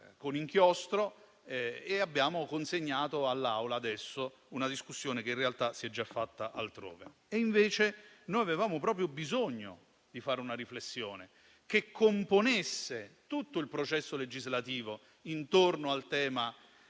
con inchiostro e consegnato all'Aula adesso una discussione che in realtà si è già fatta altrove. Avevamo invece proprio bisogno di fare una riflessione che componesse tutto il processo legislativo intorno al tema